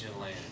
land